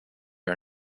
are